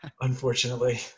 unfortunately